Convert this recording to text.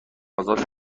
آزاد